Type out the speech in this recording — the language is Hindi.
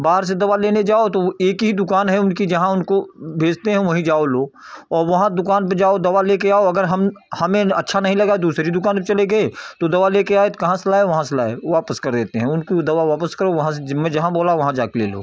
बाहर से दवा लेने जाओ तो वह एक ही दुकान है उनकी जहाँ उनको भेजते हैं वहीं जाओ लो और वहाँ दुकान पर जाओ दवा लेकर आओ अगर हम हमें अच्छा नहीं लगा दूसरी दुकान पर चले गए तो दवा लेकर आए तो कहाँ से लाए वहाँ से वापस कर देते हैं उनको वह दवा वापस करो मैं वहाँ मैं जहाँ बोला वहाँ जाकर ले लो